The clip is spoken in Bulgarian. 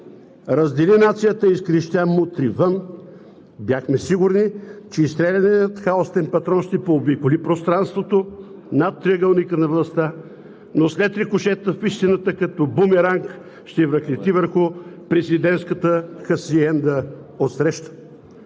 раздели нацията и изкрещя: „Мутри, вън!“, бяхме сигурни, че изстреляният халосен патрон ще пообиколи пространството над триъгълника на властта, но след рикошет в истината като бумеранг ще връхлети върху президентската хасиенда отсреща.